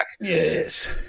Yes